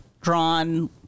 drawn